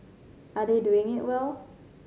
are they doing it well